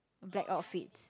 black outfits